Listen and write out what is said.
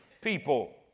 people